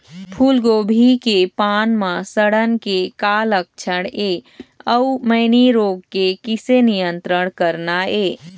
फूलगोभी के पान म सड़न के का लक्षण ये अऊ मैनी रोग के किसे नियंत्रण करना ये?